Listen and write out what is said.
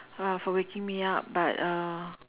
for waking me up but uh